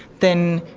then